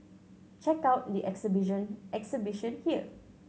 check out the exhibition here